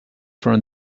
from